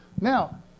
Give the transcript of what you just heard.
Now